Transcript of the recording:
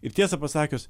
ir tiesą pasakius